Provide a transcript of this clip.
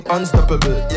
Unstoppable